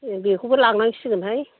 एह बेखौबो लांनांसिगोनहाय